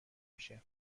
میشه